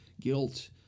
Guilt